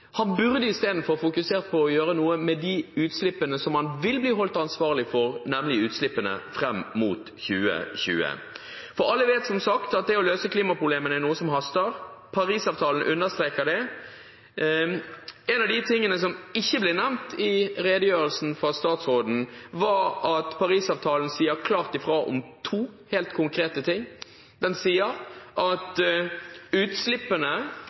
Han burde i stedet fokusert på å gjøre noe med de utslippene som han vil bli holdt ansvarlig for, nemlig utslippene fram mot 2020. Alle vet, som sagt, at det å løse klimaproblemene er noe som haster. Paris-avtalen understreker det. Noe av det som ikke ble nevnt i redegjørelsen fra statsråden, var at Paris-avtalen sier klart fra om to helt konkrete ting. Den sier at utslippene